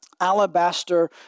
alabaster